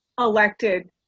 elected